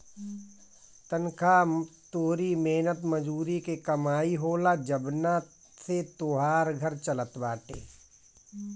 तनखा तोहरी मेहनत मजूरी के कमाई होला जवना से तोहार घर चलत बाटे